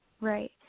right